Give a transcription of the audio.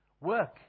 work